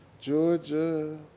Georgia